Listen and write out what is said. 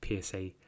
psa